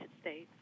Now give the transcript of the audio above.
States